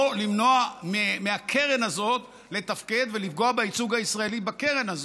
למנוע מהקרן הזאת לתפקד ולפגוע בייצוג הישראלי בקרן הזאת.